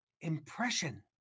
Impression